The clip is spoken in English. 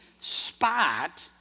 spot